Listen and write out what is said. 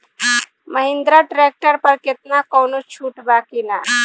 Mahindra tractor पर केतना कौनो छूट बा कि ना?